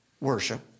worship